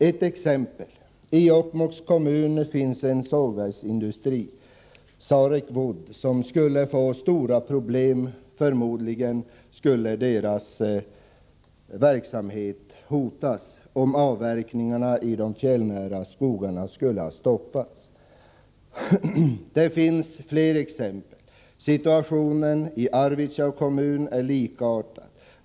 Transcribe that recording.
Ett exempel: I Jokkmokks kommun finns en sågverksindustri, Sarek Wood, som skulle få stora problem. Förmodligen skulle hela dess verksamhet hotas, om avverkningarna i de fjällnära skogarna stoppas. Det finns fler exempel: Situationen i Arvidsjaurs kommun är likartad.